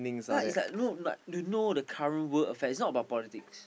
yeah is like no like you know the current world affairs is not about politics